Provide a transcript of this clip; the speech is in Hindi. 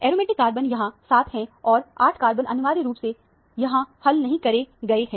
एरोमेटिक कार्बन यहां 7 हैं और 8 कार्बन अनिवार्य रूप से यहां हल नहीं करे गए हैं